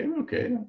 Okay